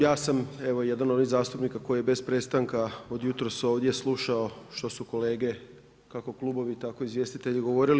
Ja sam jedan od onih zastupnika koji je bez prestanka od jutros ovdje slušao što su kolege, kako klubovi, tako izvjestitelji govorili.